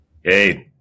Hey